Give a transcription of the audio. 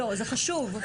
זה חשוב.